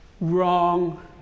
Wrong